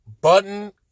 Button